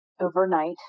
overnight